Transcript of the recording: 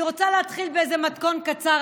אני רוצה להתחיל באיזה מתכון קצר.